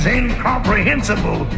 incomprehensible